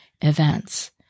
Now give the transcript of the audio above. events